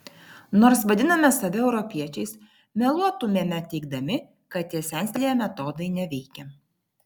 nors vadiname save europiečiais meluotumėme teigdami kad tie senstelėję metodai neveikia